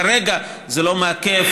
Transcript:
כרגע זה לא מעכב,